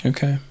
Okay